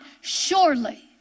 Surely